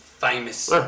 Famous